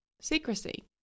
secrecy